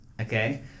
okay